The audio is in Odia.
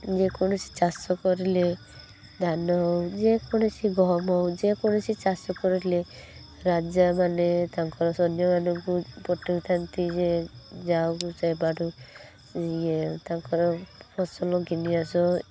ଯେ କୌଣସି ଚାଷ କରିଲେ ଧାନ ହଉ ଯେ କୌଣସି ଗହମ ହଉ ଯେ କୌଣସି ଚାଷ କରିଲେ ରାଜାମାନେ ତାଙ୍କ ସୈନ୍ୟମାନଙ୍କୁ ପଠାଉଥାନ୍ତି ଯେ ଯାଅ ସେ ଇଏ ତାଙ୍କର ଫସଲ ଘେନି ଆସ